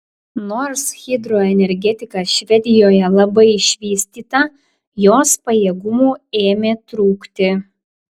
nors hidroenergetika švedijoje labai išvystyta jos pajėgumų ėmė trūkti